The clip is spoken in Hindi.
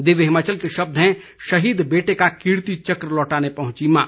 दिव्य हिमाचल के शब्द हैं शहीद बेटे का कीर्ति चक्र लौटाने पहुंची माँ